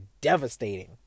devastating